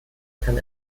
kann